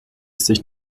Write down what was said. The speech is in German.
sich